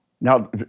Now